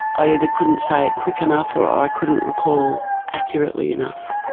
i either couldn't say it quick enough or i couldn't recall accurately enough,